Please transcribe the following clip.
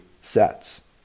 sets